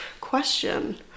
question